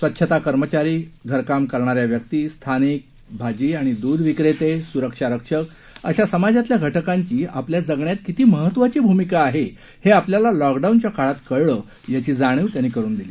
स्वच्छता कर्मचारी घरकाम करणाऱ्या व्यक्तीस्थानिक भाजी आणि दूध विक्रेते सुरक्षा रक्षक अशा समाजातल्या घटकांची आपल्या जगण्यात किती महत्वाची भूमिका आहे हे आपल्याला लॉकडाऊनच्या काळात कळलं याची जाणिव त्यांनी करून दिली